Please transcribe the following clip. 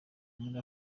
muri